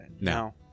No